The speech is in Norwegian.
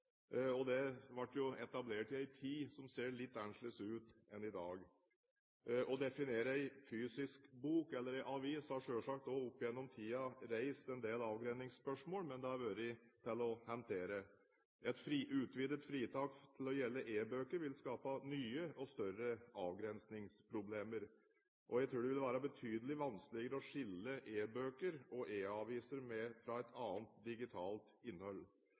Det ble etablert i en tid som ser litt annerledes ut enn i dag. Å definere en fysisk bok, eller en avis, har selvsagt også opp gjennom tiden reist en del avgrensingsspørsmål, men det har vært til å håndtere. Et utvidet fritak til å gjelde e-bøker vil skape nye og større avgrensningsproblemer, og jeg tror det vil være betydelig vanskeligere å skille e-bøker og e-aviser fra annet digitalt innhold.